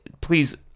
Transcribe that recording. please